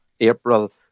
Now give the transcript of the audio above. April